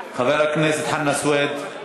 חבר הכנסת חנא סוייד,